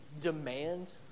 demand